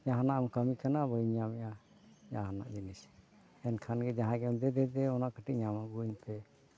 ᱡᱟᱦᱟᱱᱟᱜ ᱮᱢ ᱠᱟᱹᱢᱤ ᱠᱟᱱᱟ ᱵᱟᱹᱧ ᱧᱟᱢᱮᱜᱼᱟ ᱡᱟᱦᱟᱱᱟᱜ ᱡᱤᱱᱤᱥ ᱮᱱᱠᱷᱟᱱᱜᱮ ᱡᱟᱦᱟᱭ ᱜᱮᱢ ᱫᱮᱫᱮ ᱚᱱᱟ ᱠᱟᱹᱴᱤᱡ ᱧᱟᱢ ᱟᱹᱜᱩᱣᱟᱹᱧᱯᱮ